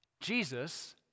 Jesus